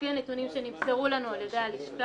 לפני הנתונים שנמסרו לנו על ידי הלשכה,